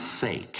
sake